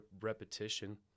repetition